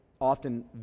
Often